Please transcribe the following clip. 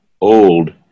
old